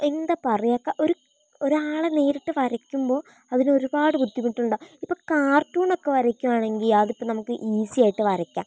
എന്താ പറയുക ഇപ്പം ഒരു ഒരാളെ നേരിട്ട് വരയ്ക്കുമ്പോൾ അതിനൊരുപാട് ബുദ്ധിമുട്ടുണ്ടാ ഇപ്പം കാർട്ടൂണൊക്കെ വരയ്ക്കുകയാണെങ്കിൽ അതിപ്പം നമുക്ക് ഈസിയായിട്ട് വരയ്ക്കാം